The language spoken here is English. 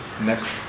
next